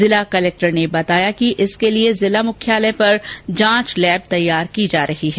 जिला कलेक्टर ने बताया कि इसके लिए जिला मुख्यालय पर जांच लैब तैयार की जा रही है